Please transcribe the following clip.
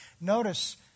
Notice